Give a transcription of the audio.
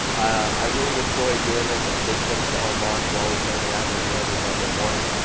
i really enjoy doing this, and a big thanks to armand for always hangin' out with me every monday morning.